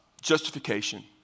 justification